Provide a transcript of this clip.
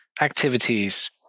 activities